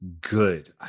good